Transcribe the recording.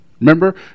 Remember